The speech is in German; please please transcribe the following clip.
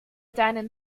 deinen